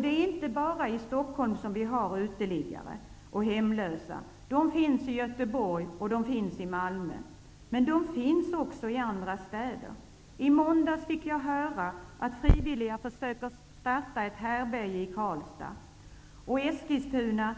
Det är inte bara i Stockholm som vi har uteliggare och hemlösa -- de finns i Göteborg och Malmö, men de finns också i andra städer. I måndags fick jag höra att frivilliga försöker starta ett härbärge i Karlstad, och även i Eskilstuna